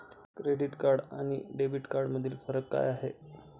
Credit card आणि debit कार्डमधील फरक काय आहे?